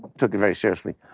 took it very seriously.